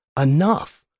enough